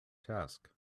task